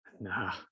Nah